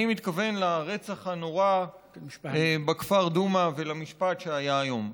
אני מתכוון לרצח הנורא בכפר דומא ולמשפט שהיה היום.